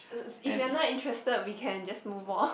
if you're not interested we can just move on